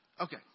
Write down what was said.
Okay